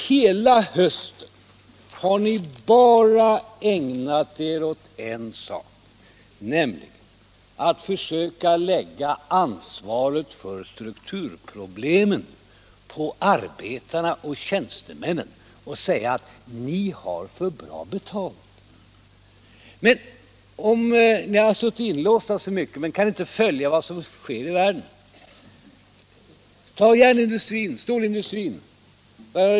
Hela hösten har ni bara ägnat er åt en sak, nämligen att försöka lägga ansvaret för strukturproblemen på arbetarna och tjänstemännen och säga att de har för bra betalt. Ni har suttit inlåsta för mycket och har inte kunnat följa vad som sker i världen. Ta järnindustrin, stålindustrin!